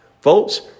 Folks